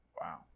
Wow